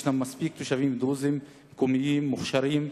מספיק תושבים דרוזים מקומיים מוכשרים,